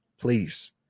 please